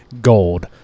gold